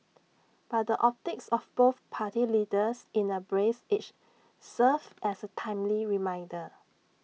but the optics of both party leaders in A brace each serves as A timely reminder